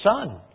son